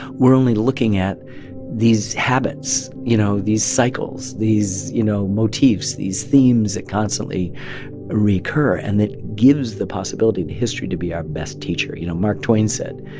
we're only looking at these habits, you know, these cycles, these, you know, motifs, these themes that constantly reoccur, and that gives the possibility to history to be our best teacher. you know, mark twain said,